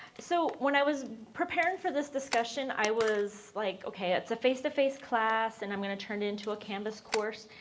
so when i was preparing for this discussion i was like okay it's a face-to-face class and i'm going to turn into a canvas course.